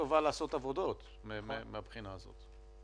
הכי טובה לעשות עבודות מהבחינה הזאת.